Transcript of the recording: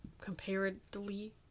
comparatively